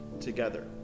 together